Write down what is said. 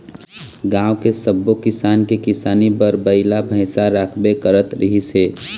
गाँव के सब्बो किसान के किसानी बर बइला भइसा राखबे करत रिहिस हे